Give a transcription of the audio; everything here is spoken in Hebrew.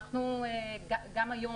גם היום,